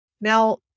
Now